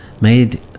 made